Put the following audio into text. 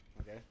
Okay